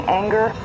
anger